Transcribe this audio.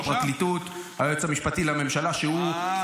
הפרקליטות, היועץ המשפטי לממשלה, שהוא --- אהה.